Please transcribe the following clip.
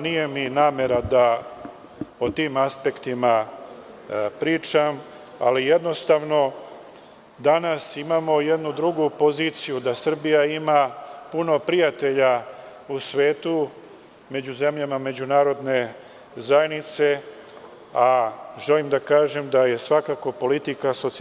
Nije mi namera da o tim aspektima pričam, ali, jednostavno, danas imamo jednu drugu poziciju – da Srbija ima puno prijatelja u svetu među zemljama međunarodne zajednice, a želim da kažem da je svakako politika SPS,